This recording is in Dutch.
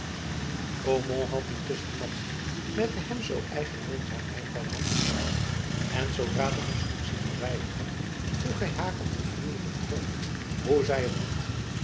beaumont had intusschen madzy met de hem zoo eigene minzaamheid bij de hand genomen en zoodra de hofstoet zich verwijderd had vroeg hij haar op een vriendelijken toon hoe zij het had